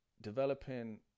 developing